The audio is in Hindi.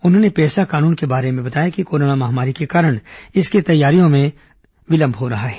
उन्होंने पेसा कानून के बारे में बताया कि कोरोना महामारी के कारण इसकी तैयारियों में विलंब हो रहा है